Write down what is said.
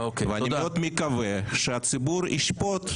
ואני מקווה מאוד שהציבור ישפוט.